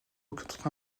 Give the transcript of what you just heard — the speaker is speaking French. autre